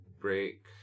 break